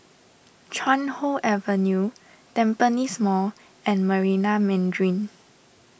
Chuan Hoe Avenue Tampines Mall and Marina Mandarin